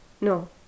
No